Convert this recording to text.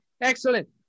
excellent